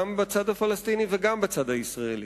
גם בצד הפלסטיני וגם בצד הישראלי,